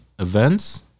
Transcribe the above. Events